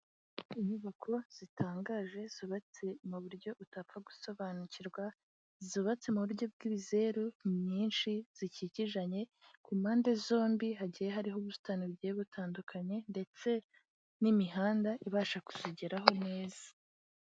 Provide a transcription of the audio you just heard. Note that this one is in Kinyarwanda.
Inyubako zitangaje zubatse mu buryo utapfa gusobanukirwa, zubatse mu buryo bw'ibizeru, nyinshi zikikijanye, ku mpande zombi hagiye hariho ubusitani bugiye butandukanye, ndetse n'imihanda ibasha kuzigeraho neza.